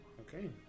okay